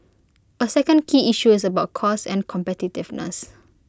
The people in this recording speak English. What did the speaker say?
A second key issue is about costs and competitiveness